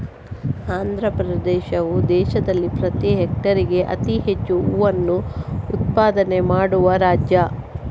ಆಂಧ್ರಪ್ರದೇಶವು ದೇಶದಲ್ಲಿ ಪ್ರತಿ ಹೆಕ್ಟೇರ್ಗೆ ಅತಿ ಹೆಚ್ಚು ಹೂವನ್ನ ಉತ್ಪಾದನೆ ಮಾಡುವ ರಾಜ್ಯ